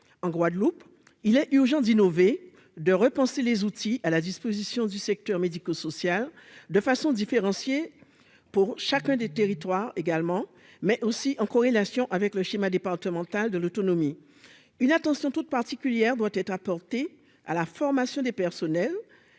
ailleurs, il est urgent d'innover, de repenser les outils à la disposition du secteur médico-social de façon différenciée pour chacun des territoires et en corrélation avec le schéma départemental de l'autonomie. Une attention toute particulière doit être portée sur la formation des personnels